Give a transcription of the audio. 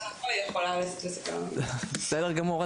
בסדר גמור,